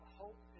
hope